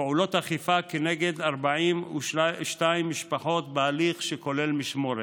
פעולות אכיפה כנגד 42 משפחות בהליך שכולל משמורת,